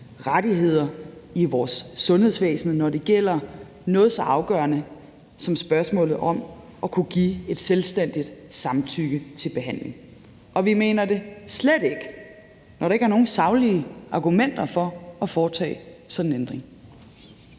rettigheder i vores sundhedsvæsen, når det gælder noget så afgørende som spørgsmålet om at kunne give et selvstændigt samtykke til behandling. Vi mener det slet ikke, når der ikke er nogen saglige argumenter for at foretage sådan en ændring.